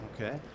okay